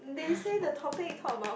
they say the topic is talk about